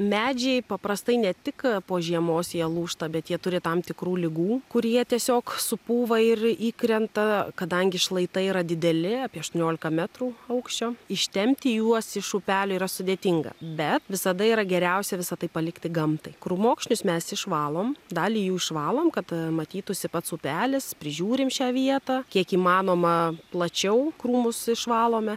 medžiai paprastai ne tik po žiemos jie lūžta bet jie turi tam tikrų ligų kur jie tiesiog supūva ir įkrenta kadangi šlaitai yra dideli apie aštuoniolika metrų aukščio ištempti juos iš upelio yra sudėtinga bet visada yra geriausia visa tai palikti gamtai krūmokšnius mes išvalom dalį jų išvalom kad matytųsi pats upelis prižiūrim šią vietą kiek įmanoma plačiau krūmus išvalome